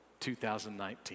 2019